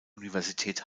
universität